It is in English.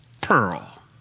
pearl